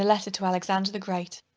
letter to alexander the great,